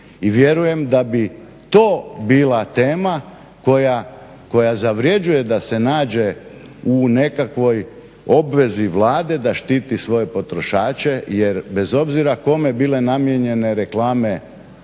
I vjerujem da bi to bila tema koja zavrjeđuje da se nađe u nekakvoj obvezi Vlade da štiti svoje potrošače. Jer bez obzira kome bile namijenjene reklame